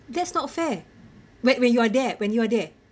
that's not fair when when you are there when you are there